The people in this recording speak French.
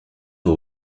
aux